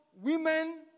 women